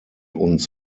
uns